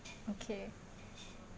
okay